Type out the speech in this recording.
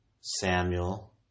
Samuel